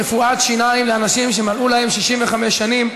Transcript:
רפואת שיניים לאנשים שמלאו להם 65 שנים),